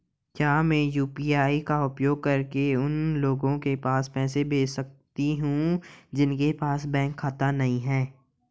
क्या मैं यू.पी.आई का उपयोग करके उन लोगों के पास पैसे भेज सकती हूँ जिनके पास बैंक खाता नहीं है?